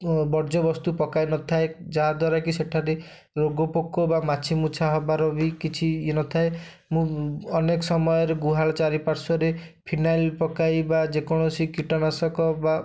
ଓ ବର୍ଜ୍ୟବସ୍ତୁ ପକାଇନଥାଏ ଯାହାଦ୍ୱାରା କି ସେଠାରେ ରୋଗପୋକ ବା ମାଛିମୁଛା ହେବାର ବି କିଛି ଇଏ ନଥାଏ ମୁଁ ଅନେକ ସମୟରେ ଗୁହାଳ ଚାରିପାର୍ଶ୍ଵରେ ଫିନାଇଲ୍ ପକାଇବା ଯେକୌଣସି କୀଟନାଶକ ବା